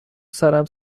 سرم